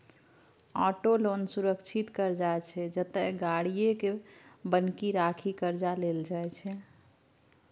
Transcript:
auto loan सुरक्षित करजा छै जतय गाड़ीए केँ बन्हकी राखि करजा लेल जाइ छै